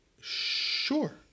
Sure